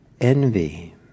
envy